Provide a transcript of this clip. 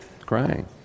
Crying